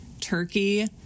turkey